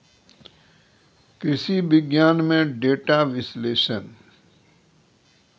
कृषि विज्ञान में डेटा विश्लेषण